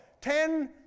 Ten